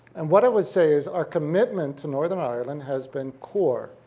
and what i would say is our commitment to northern ireland has been core,